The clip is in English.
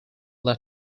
that